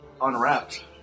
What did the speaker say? unwrapped